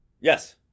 Yes